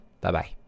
Bye-bye